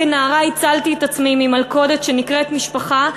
כנערה הצלתי את עצמי ממלכודת שנקראת משפחה,